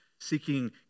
seeking